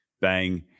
bang